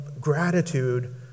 gratitude